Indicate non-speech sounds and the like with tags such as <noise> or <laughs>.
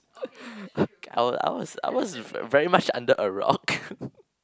<laughs> I was I was I was very very much under a rock <laughs>